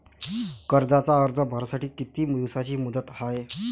कर्जाचा अर्ज भरासाठी किती दिसाची मुदत हाय?